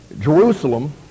Jerusalem